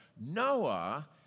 Noah